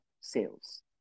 sales